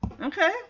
Okay